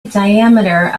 diameter